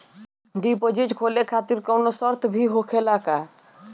Deposit खोले खातिर कौनो शर्त भी होखेला का?